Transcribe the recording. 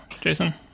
Jason